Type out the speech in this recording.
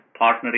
partnering